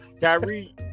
Kyrie